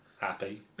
happy